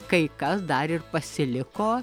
kai kas dar ir pasiliko